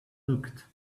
looked